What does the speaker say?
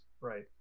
right